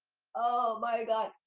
oh, my god.